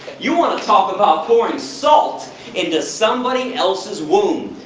you want to talk about pouring salt into somebody else's wound,